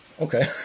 Okay